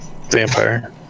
vampire